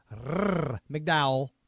McDowell